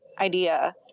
idea